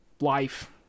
life